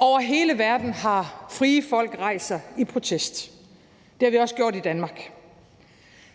Over hele verden har frie folk rejst sig i protest, og det har vi også gjort i Danmark.